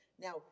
Now